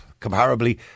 comparably